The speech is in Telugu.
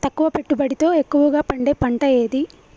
తక్కువ పెట్టుబడితో ఎక్కువగా పండే పంట ఏది?